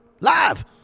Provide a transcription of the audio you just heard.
Live